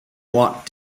watt